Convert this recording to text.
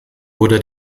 wurde